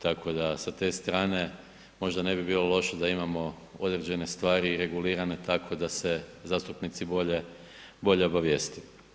Tako da sa te strane možda ne bi bilo loše da imamo određene stvari regulirane tako da se zastupnici bolje obavijeste.